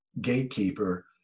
gatekeeper